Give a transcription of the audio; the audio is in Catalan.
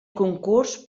concurs